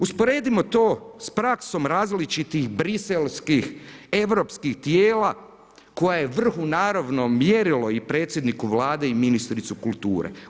Usporedimo to s praksom različitih briselskih europskih tijela koja je vrhu naravno mjerilo i predsjedniku Vladi i ministricu kulture.